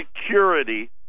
Security